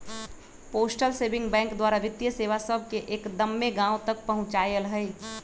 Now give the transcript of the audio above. postal saving bank द्वारा वित्तीय सेवा सभके एक्दम्मे गाँव तक पहुंचायल हइ